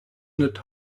knit